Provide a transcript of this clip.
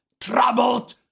troubled